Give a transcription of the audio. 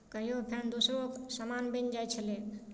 कहिओ खन दोसरो सामान बनि जाइ छलै